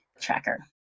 tracker